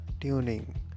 tuning